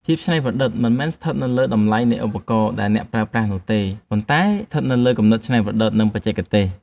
ភាពច្នៃប្រឌិតមិនមែនស្ថិតនៅលើតម្លៃនៃឧបករណ៍ដែលអ្នកប្រើប្រាស់នោះទេ ប៉ុន្តែស្ថិតនៅលើគំនិតច្នៃប្រឌិត និង បច្ចេកទេស។